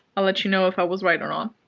i'll let you know if i was right or um